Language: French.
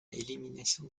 élimination